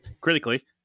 critically